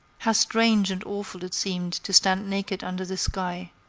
how strange and awful it seemed to stand naked under the sky!